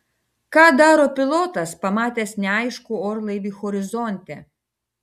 ką daro pilotas pamatęs neaiškų orlaivį horizonte